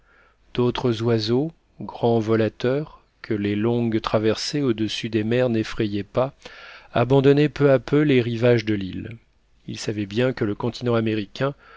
d'autres oiseaux grands volateurs que les longues traversées au-dessus des mers n'effrayaient pas abandonnaient peu à peu les rivages de l'île ils savaient bien que le continent américain